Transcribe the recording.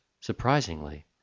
surprisingly